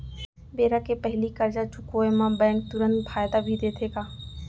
बेरा के पहिली करजा चुकोय म बैंक तुरंत फायदा भी देथे का?